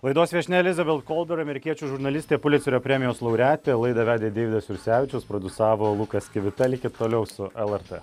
laidos viešnia elizabet kolberg amerikiečių žurnalistė pulicerio premijos laureatė laidą vedė deividas jursevičius prodiusavo lukas kivita likit toliau su lrt